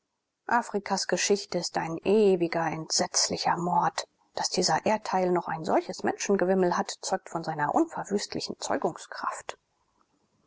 afrikas geschichte ist ein ewiger entsetzlicher mord daß dieser erdteil noch ein solches menschengewimmel hat zeugt von seiner unverwüstlichen